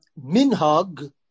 minhag